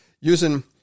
using